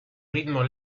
ritmo